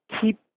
keep